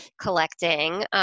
collecting